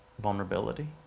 vulnerability